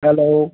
hello